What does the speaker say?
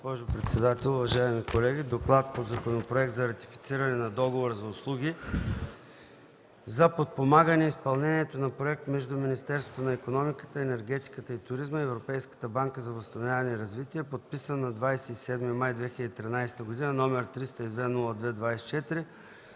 госпожо председател, уважаеми колеги! „ДОКЛАД по Законопроект за ратифициране на Договора за услуги за подпомагане изпълнението на проект между Министерството на икономиката, енергетиката и туризма и Европейската банка за възстановяване и развитие, подписан на 27 май 2013 г., № 302-02-24,